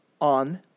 on